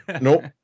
Nope